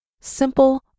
simple